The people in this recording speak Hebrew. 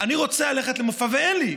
אני רוצה ללכת למופע ואין לי,